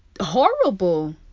horrible